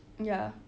ya